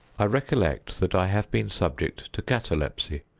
i recollect that i have been subject to catalepsy.